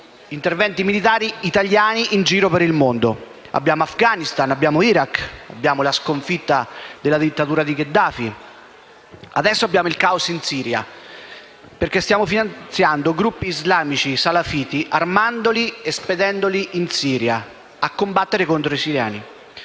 interventi militari italiani in giro per il mondo: vi sono stati l'Afghanistan, l'Iraq, la sconfitta della dittatura di Gheddafi; adesso abbiamo il caos in Siria, perché siamo finanziando gruppi islamici salafiti armandoli e spedendoli in Siria a combattere contro i siriani.